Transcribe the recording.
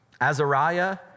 Azariah